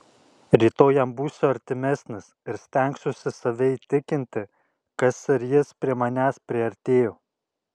rytoj jam būsiu artimesnis ir stengsiuosi save įtikinti kas ir jis prie manęs priartėjo